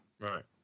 Right